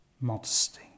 modesty